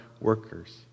workers